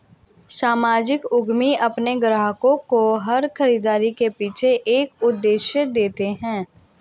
सामाजिक उद्यमी अपने ग्राहकों को हर खरीदारी के पीछे एक उद्देश्य देते हैं